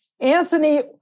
Anthony